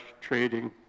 trading